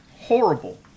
horrible